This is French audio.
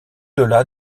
delà